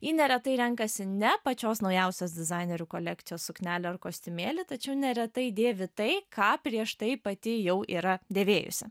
ji neretai renkasi ne pačios naujausios dizainerių kolekcijos suknelę ar kostiumėlį tačiau neretai dėvi tai ką prieš tai pati jau yra dėvėjusi